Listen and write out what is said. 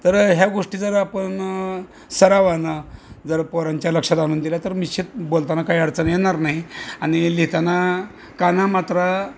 तर ह्या गोष्टी जर आपण सरावानं जर पोरांच्या लक्षात आणून दिल्या तर निश्चित बोलताना काही अडचण येणार नाही आणि लिहिताना काना मात्रा